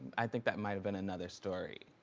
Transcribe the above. i think that might've been another story,